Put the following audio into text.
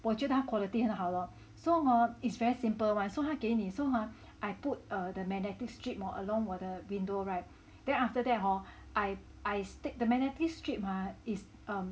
我觉得他 quality 很好了 so hor it's very simple [one] so 他给你 so hor I put err the magnetic strip hor along 我的 window [right] then after that hor I I stick the magnetic strip mah is um